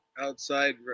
Outside